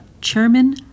chairman